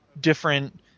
different